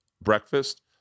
breakfast